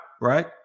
right